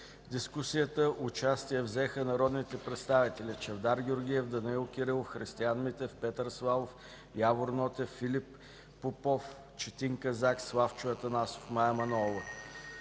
дискусията участие взеха народните представители Чавдар Георгиев, Данаил Кирилов, Християн Митев, Петър Славов, Явор Нотев, Филип Попов, Четин Казак, Славчо Атанасов, Мая Манолова.